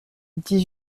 dix